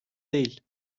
değil